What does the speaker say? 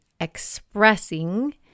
expressing